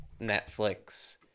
Netflix